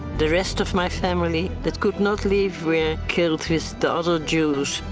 the rest of my family that could not leave were killed with the other jews.